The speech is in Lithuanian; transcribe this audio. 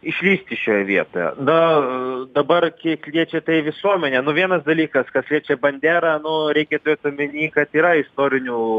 išlįsti šioje vietoje na dabar kiek liečia tai visuomenę nu vienas dalykas kas liečia banderą nu reikia turėt omeny kad yra istorinių